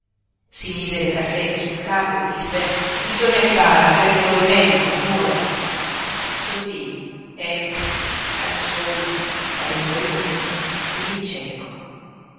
si mise le cassette sul capo e disse bisogna che vada avvertirò il medico a nuoro cosí efix rimase solo fra il moribondo ed il cieco